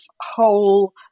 whole